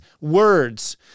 words